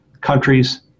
countries